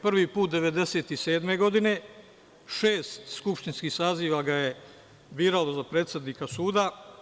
Prvi put 1997. godine, šest skupštinskih saziva ga je biralo za predsednika suda.